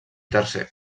tercer